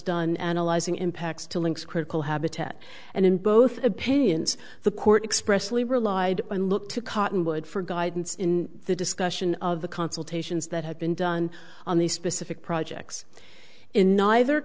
done analyzing impacts to links critical habitat and in both opinions the court expressly relied on look to cottonwood for guidance in the discussion of the consultations that have been done on these specific projects in neither